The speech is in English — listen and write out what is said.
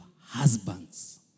husbands